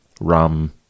rum